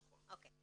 נכון.